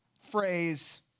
phrase